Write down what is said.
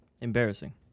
Embarrassing